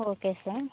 okay sir